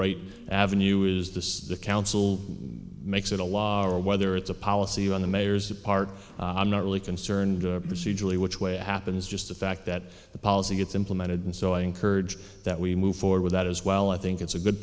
right avenue is this the council makes it a law or whether it's a policy on the mayor's apart i'm not really concerned procedurally which way it happens just the fact that the policy gets implemented and so i encourage that we move forward with that as well i think it's a good